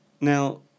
Now